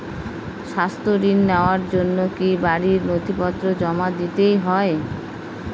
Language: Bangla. স্বাস্থ্য ঋণ নেওয়ার জন্য কি বাড়ীর নথিপত্র জমা দিতেই হয়?